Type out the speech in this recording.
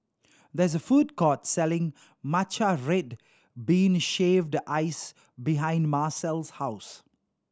there is a food court selling matcha red bean shaved ice behind Marcel's house